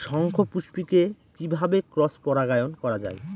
শঙ্খপুষ্পী কে কিভাবে ক্রস পরাগায়ন করা যায়?